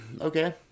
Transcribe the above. okay